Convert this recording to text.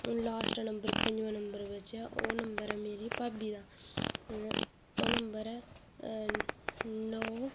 last number पंजमां number बचेआ ओह् नम्बर ऐ मेरीदा ओह् नम्बर ऐ नौ